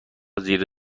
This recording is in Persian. زیر